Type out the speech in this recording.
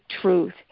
truth